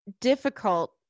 difficult